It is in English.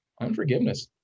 unforgiveness